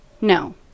No